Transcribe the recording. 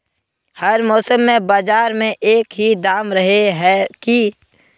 हर मौसम में बाजार में एक ही दाम रहे है की?